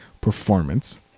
performance